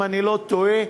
אם אני לא טועה.